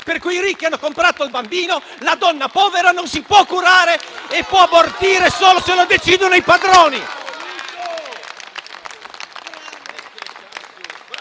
per cui i ricchi hanno comprato il bambino, la donna povera non si può curare e può abortire solo se lo decidono i padroni!